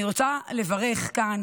אני רוצה לברך כאן